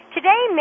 Today